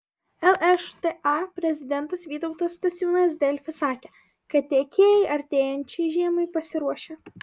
lšta prezidentas vytautas stasiūnas delfi sakė kad tiekėjai artėjančiai žiemai pasiruošę